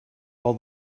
all